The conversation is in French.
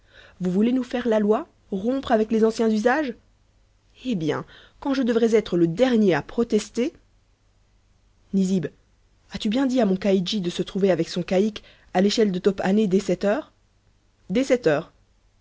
vous voulez nous faire la loi rompre avec les anciens usages eh bien quand je devrais être le dernier à protester nizib as-tu bien dit à mon caïdji de se trouver avec son caïque à l'échelle de top hané dès sept heures dès sept heures